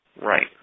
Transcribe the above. Right